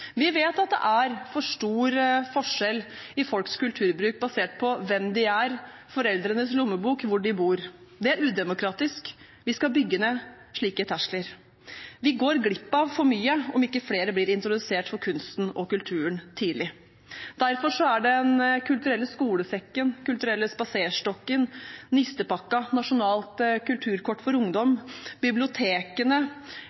Vi vet at det er for stor forskjell på folks kulturbruk, basert på hvem de er, foreldrenes lommebok, hvor de bor. Det er udemokratisk. Vi skal bygge ned slike terskler. Vi går glipp av for mye om ikke flere blir introdusert for kunsten og kulturen tidlig. Derfor er Den kulturelle skolesekken, Den kulturelle spaserstokken, Den kulturelle nistepakken, nasjonalt Kulturkort for